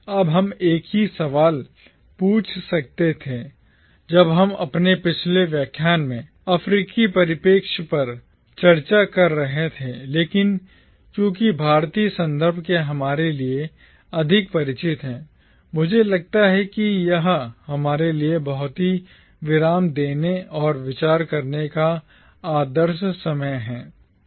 अब हम एक ही सवाल पूछ सकते थे जब हम अपने पिछले व्याख्यान में अफ्रीकी परिप्रेक्ष्य पर चर्चा कर रहे थे लेकिन क्योंकि भारतीय संदर्भ हमारे लिए अधिक परिचित है मुझे लगता है कि यह हमारे लिए बहुत ही विराम देने और विचार करने का आदर्श समय है